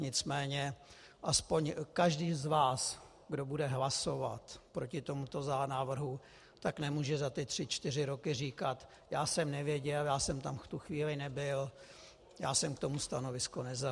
Nicméně aspoň každý z vás, kdo bude hlasovat proti tomuto návrhu, nemůže za ty tři čtyři roky říkat: Já jsem nevěděl, já jsem tam v tu chvíli nebyl, já jsem k tomu stanovisko nezaujal.